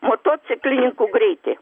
motociklininkų greitį